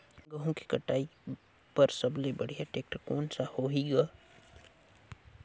गहूं के कटाई पर सबले बढ़िया टेक्टर कोन सा होही ग?